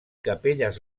capelles